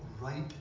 right